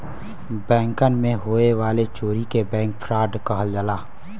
बैंकन मे होए वाले चोरी के बैंक फ्राड कहल जाला